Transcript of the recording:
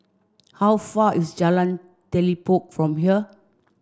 how far is Jalan Telipok from here